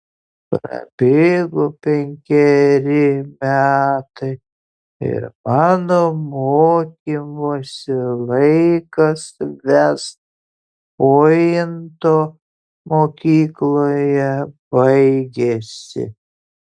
prabėgo penkeri metai ir mano mokymosi laikas vest pointo mokykloje baigėsi